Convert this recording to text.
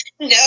No